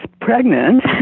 pregnant